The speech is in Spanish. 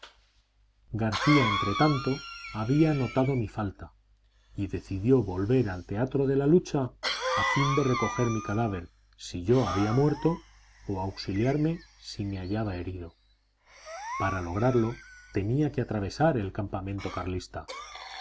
garcía entretanto había notado mi falta y decidido volver al teatro de la lucha a fin de recoger mi cadáver si yo había muerto o auxiliarme si me hallaba herido para lograrlo tenía que atravesar el campamento carlista